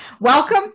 Welcome